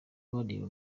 bareba